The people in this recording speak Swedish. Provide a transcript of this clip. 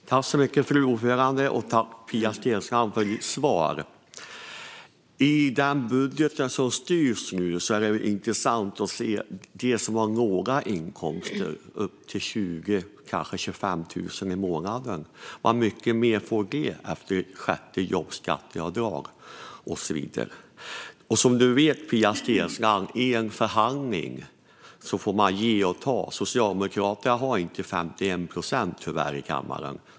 Fru talman! Jag tackar Pia Steensland för hennes svar. Beträffande den budget som nu gäller är det intressant att se hur mycket mer som de som har låga inkomster, upp till 20 000-25 000 kronor i månaden, får efter ett sjätte jobbskatteavdrag. Som du vet, Pia Steensland, får man ge och ta i en förhandling. Socialdemokraterna har tyvärr inte 51 procent av mandaten i kammaren.